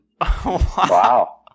wow